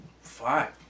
Five